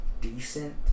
decent